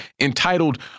entitled